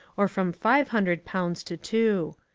or from five hundred pounds to two.